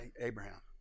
Abraham